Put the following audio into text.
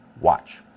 Watch